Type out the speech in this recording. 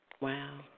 Wow